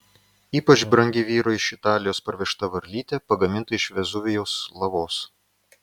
ypač brangi vyro iš italijos parvežta varlytė pagaminta iš vezuvijaus lavos